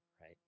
Right